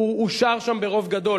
הוא אושר שם ברוב גדול.